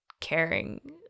Caring